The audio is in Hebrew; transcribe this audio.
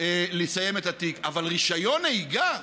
אבל רישיון נהיגה?